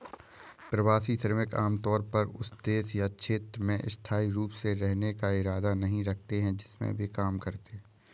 प्रवासी श्रमिक आमतौर पर उस देश या क्षेत्र में स्थायी रूप से रहने का इरादा नहीं रखते हैं जिसमें वे काम करते हैं